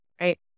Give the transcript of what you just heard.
right